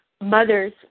mothers